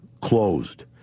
closed